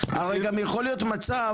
הרי גם יכול להיות מצב